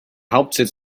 hauptsitz